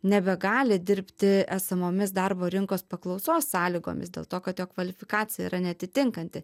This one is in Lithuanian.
nebegali dirbti esamomis darbo rinkos paklausos sąlygomis dėl to kad jo kvalifikacija yra neatitinkanti